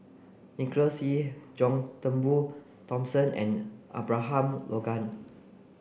Nicholas Ee John Turnbull Thomson and Abraham Logan